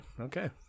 Okay